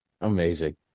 Amazing